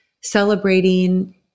celebrating